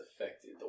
affected